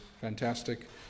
fantastic